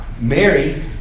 Mary